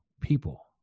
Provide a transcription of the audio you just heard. people